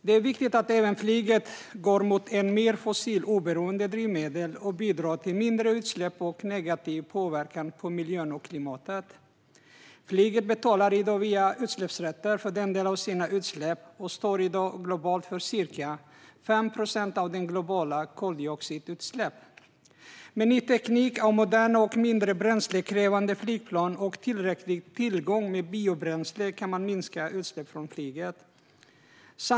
Det är viktigt att även flyget går mot mer fossiloberoende drivmedel och bidrar till mindre utsläpp och negativ påverkan på miljön och klimatet. Flyget betalar i dag via utsläppsrätter för en del av sina utsläpp och står i dag globalt för ca 5 procent av globala koldioxidutsläpp. Med ny teknik och moderna och mindre bränslekrävande flygplan och tillräcklig tillgång till biobränsle kan man minska utsläppen från flyget.